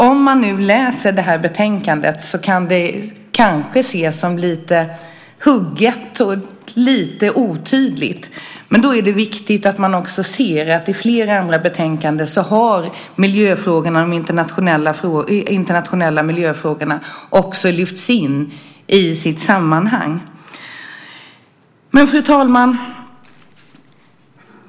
Om man nu läser detta betänkande kan det kanske ses som lite hugget och lite otydligt. Men då är det viktigt att man också ser att de internationella miljöfrågorna har lyfts in i sitt sammanhang i flera andra betänkanden. Fru talman!